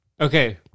Okay